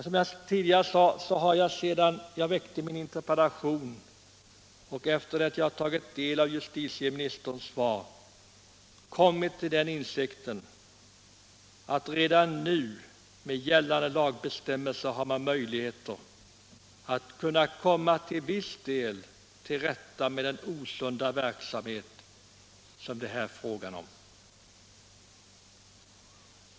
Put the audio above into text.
Som jag redan sagt har jag, sedan jag väckte min interpellation och efter det att jag tagit del av justitieministerns svar, kommit till insikt om att man redan med gällande lagbestämmelser har möjlighet att till viss del komma till rätta med den osunda verksamhet som det är fråga om.